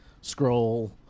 Scroll